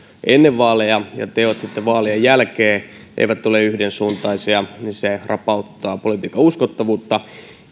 ennen vaaleja ja teot vaalien jälkeen eivät ole yhdensuuntaisia niin se rapauttaa politiikan uskottavuutta